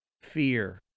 fear